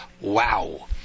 Wow